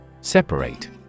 Separate